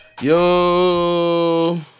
Yo